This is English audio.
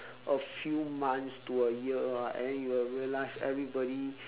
a few months to a year ah and then you will realise everybody